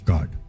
God